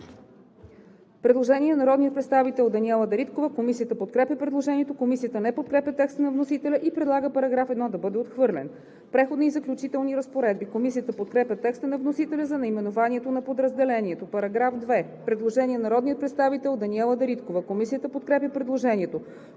предложение на народния представител Даниела Дариткова. Комисията подкрепя предложението. Комисията не подкрепя текста на вносителя и предлага § 1 да бъде отхвърлен. Преходни и заключителни разпоредби. Комисията подкрепя текста на вносителя за наименованието на подразделението. По § 2 има предложение на народния представител Даниела Дариткова. Комисията подкрепя предложението.